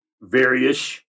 various